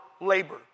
labor